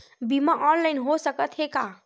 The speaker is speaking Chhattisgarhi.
बीमा ऑनलाइन हो सकत हे का?